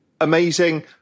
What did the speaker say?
amazing